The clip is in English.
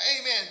Amen